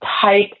type